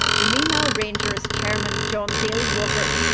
the mimal rangers chairman, john dalywater,